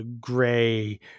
gray